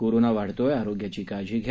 corona वाढतोय आरोग्याची काळजी घ्या